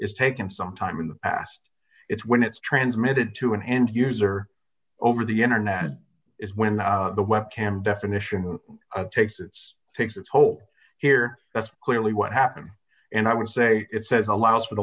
is taken some time in the past it's when it's transmitted to an end user over the internet is when the web cam definition takes its takes its toll here that's clearly what happened and i would say it says a lo